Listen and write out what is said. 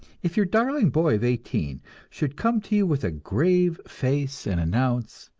if your darling boy of eighteen should come to you with a grave face and announce,